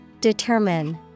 Determine